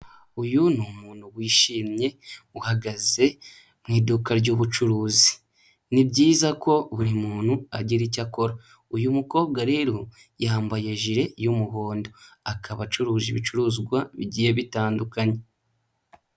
Uyu ni umuntu wishimye uhagaze mu iduka ryubucuruzi, ni byiza ko buri muntu agira icyo akora, uyu mukobwa rero yambaye jile y'umuhondo, akaba acuruza ibicuruzwa bigiye bitandukanye.